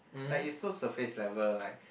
like it's so surface level like